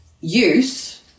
use